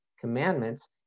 commandments